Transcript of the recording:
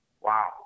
Wow